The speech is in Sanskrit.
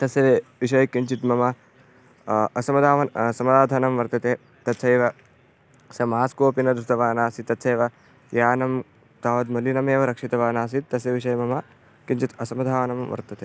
तस्य विषये किञ्चित् मम असमाधानम् असमाधनं वर्तते तथैव स मास्क अपि न धृतवान् आसीत् तथैव यानं तावत् मलिनमेव रक्षितवान् आसीत् तस्य विषये मम किञ्चित् असमधानं वर्तते